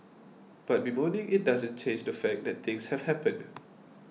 but bemoaning it doesn't change the fact that things have happened